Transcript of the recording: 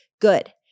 good